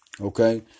Okay